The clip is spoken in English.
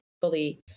fully